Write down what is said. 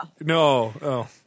no